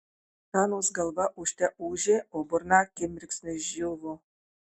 hanos galva ūžte ūžė o burna akimirksniu išdžiūvo